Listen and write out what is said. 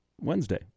Wednesday